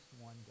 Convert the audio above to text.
one